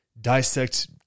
dissect